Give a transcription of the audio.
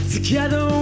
Together